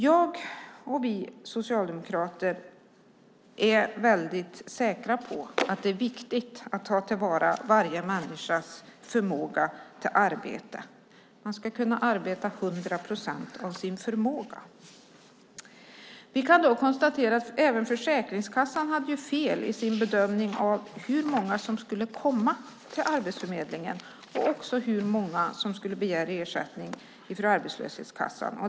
Jag och vi socialdemokrater är säkra på att det är viktigt att ta till vara varje människas förmåga till arbete. Man ska kunna arbeta till hundra procent av sin förmåga. Vi kan konstatera att även Försäkringskassan hade fel i sin bedömning av hur många som skulle komma till Arbetsförmedlingen och av hur många som skulle begära ersättning från arbetslöshetskassan.